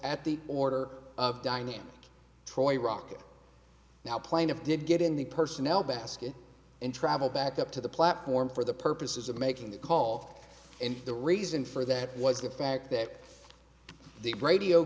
at the order of dynamic troy rock now plane of did get in the personnel basket and travel back up to the platform for the purposes of making the call and the reason for that was the fact that the brad